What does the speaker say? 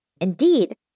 Indeed